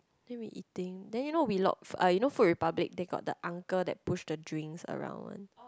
then we eating then you know Wheelock you know Food Republic they got the uncle that push the drinks around one